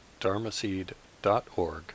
dharmaseed.org